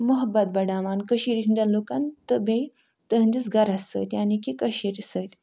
محبت بڑاوان کٔشیٖرِ ہٕنٛدیٚن لُکَن تہٕ بیٚیہِ تُہٕنٛدِس گَرَس سۭتۍ یعنی کہ کٔشیٖرِ سۭتۍ